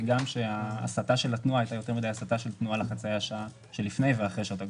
וגם שהייתה יותר מדי הסטה של התנועה לחצאי השעה שלפני ואחרי שעות הגודש.